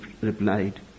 replied